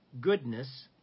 goodness